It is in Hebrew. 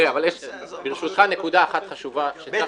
בראש העין אפיקים.